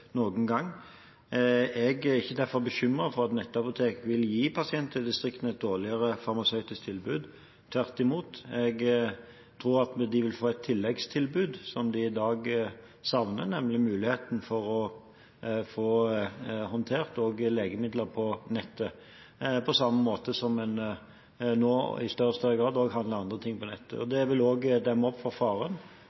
Jeg er derfor ikke bekymret for at nettapotek vil gi pasienter i distriktene et dårligere farmasøytisk tilbud. Jeg tror tvert imot at de vil få et tilleggstilbud som de i dag savner, nemlig muligheten for også å få håndtert legemidler på nettet, på samme måte som en nå i større og større grad handler andre ting på nettet.